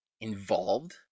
involved